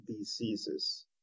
diseases